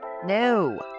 No